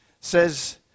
says